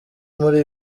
muri